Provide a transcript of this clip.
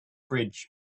fridge